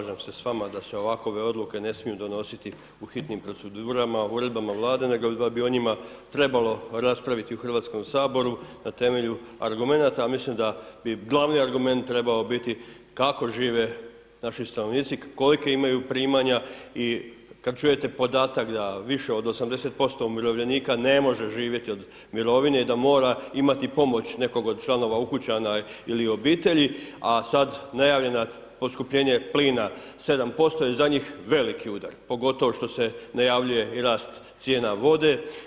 Kolega Maras, slažem s vama da se ovakove odluke ne smiju donositi u hitnim procedurama, uredbama Vlade, nego bi o njima trebalo raspraviti u HS na temelju argumenata, mislim da bi glavni argument trebao biti kako žive naši stanovnici, kolika imaju primanja i kad čujete podatak da više od 80% umirovljenika ne može živjeti od mirovine i da mora imati pomoć nekoga od članova ukućana ili obitelji, a sad najavljena poskupljenja plina 7% je za njih veliki udar, pogotovo što se najavljuje i rast cijena vode.